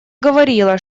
говорила